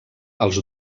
els